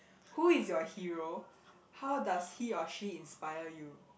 who is your hero how does he or she inspire you